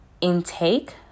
intake